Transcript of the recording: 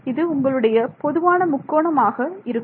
இது உங்களுடைய பொதுவான முக்கோணம் ஆக இருக்கும்